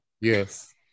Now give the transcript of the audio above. yes